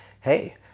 hey